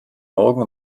morgen